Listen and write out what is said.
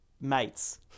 mates